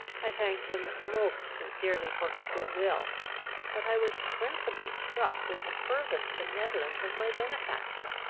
i thanked him most sincerely for his good-will but i was principally struck with the fervent benevolence of my benefactor.